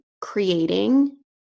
creating